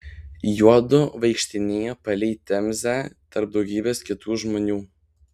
juodu vaikštinėjo palei temzę tarp daugybės kitų žmonių